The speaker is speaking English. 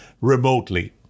remotely